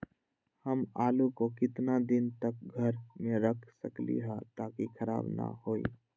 हम आलु को कितना दिन तक घर मे रख सकली ह ताकि खराब न होई?